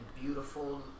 beautiful